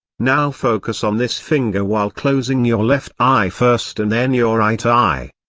now focus on this finger while closing your left eye first and then your right eye.